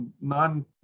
non